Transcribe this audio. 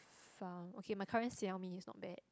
found okay my current Xiao Mi is not bad